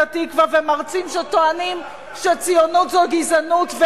"התקווה" ומרצים שטוענים שציונות זו גזענות,